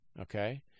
okay